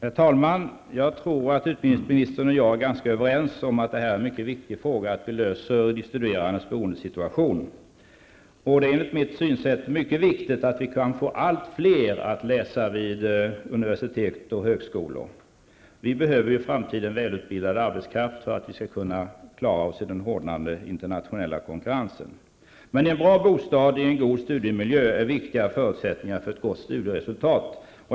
Herr talman! Jag tror att utbildningsministern och jag är ganska överens om att det är mycket viktigt att vi löser de studerandes boendesituation. Det är enligt mitt synsätt mycket viktigt att vi kan få allt fler att läsa vid universitet och högskolor. Vi behöver ju i framtiden välutbildad arbetskraft för att kunna klara oss i den hårdnande internationella konkurrensen. En bra bostad och en god studiemiljö är viktiga förutsättningar för ett gott studieresultat.